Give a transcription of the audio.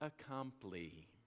accompli